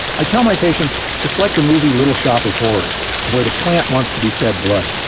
i tell my patients it's like the movie little shop of horrors where the plant wants to be fed blood,